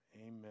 Amen